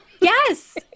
Yes